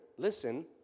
Listen